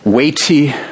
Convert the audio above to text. weighty